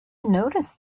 noticed